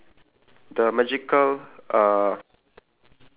okay the magical is in light green and the toy shop is in dark green